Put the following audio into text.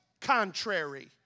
contrary